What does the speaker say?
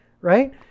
right